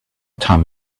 time